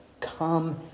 come